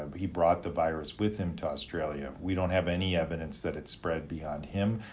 ah but he brought the virus with him to australia. we don't have any evidence that it spread beyond him,